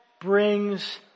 brings